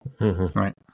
Right